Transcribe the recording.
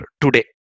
today